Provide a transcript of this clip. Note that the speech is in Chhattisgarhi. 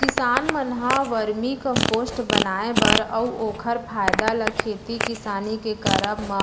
किसान मन ह वरमी कम्पोस्ट बनाए बर अउ ओखर फायदा ल खेती किसानी के करब म